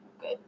good